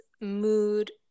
mood